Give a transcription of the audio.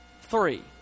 three